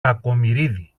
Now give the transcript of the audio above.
κακομοιρίδη